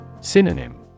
Synonym